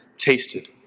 Tasted